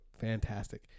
fantastic